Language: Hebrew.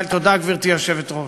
תודה, גברתי היושבת-ראש.